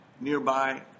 nearby